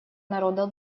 народа